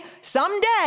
someday